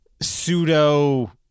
pseudo